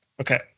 Okay